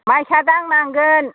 माइसा दांनांगोन